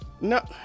No